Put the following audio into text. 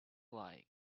like